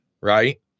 right